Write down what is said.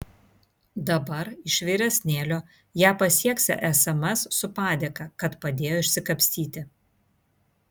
dabar iš vyresnėlio ją pasiekią sms su padėka kad padėjo išsikapstyti